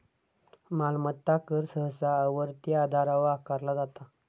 मालमत्ता कर सहसा आवर्ती आधारावर आकारला जाता